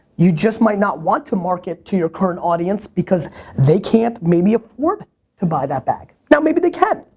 you just might not want to market to your current audiences, because they can't maybe afford to buy that bag. now maybe they can,